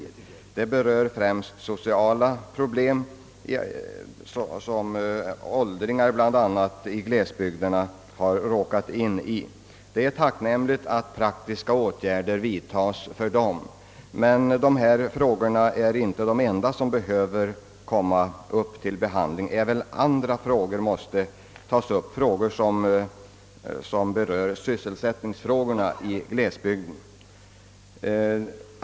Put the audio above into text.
Dessa berör främst sociala problem för bl.a. åldringar i glesbygderna. Det är tacknämligt att praktiska åtgärder vidtas för denna kategori människor. Men dessa frågor är inte de enda som behöver behandlas. även andra frågor måste tas upp, t.ex. sådana som berör sysselsättningen i glesbygderna.